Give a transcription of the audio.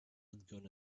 gonna